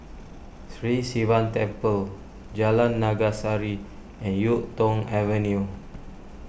Sri Sivan Temple Jalan Naga Sari and Yuk Tong Avenue